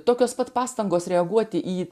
tokios pat pastangos reaguoti į